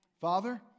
Father